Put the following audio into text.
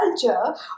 culture